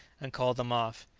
and called them off.